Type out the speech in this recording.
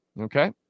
Okay